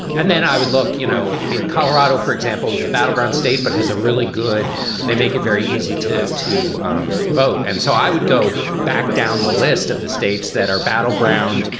and then i would look, you know, i mean, colorado, for example, is a battleground state, but has a really good they make it very easy to to um vote. and so i would go back down the list of the states that are battleground,